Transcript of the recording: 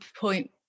point